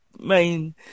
main